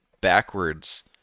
backwards